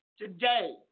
today